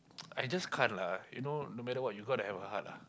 I just can't lah you know no matter what you gotta have a heart lah